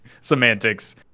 semantics